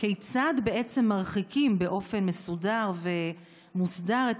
כיצד בעצם מרחיקים באופן מסודר ומוסדר את